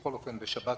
בשבת,